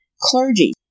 clergy